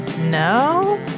No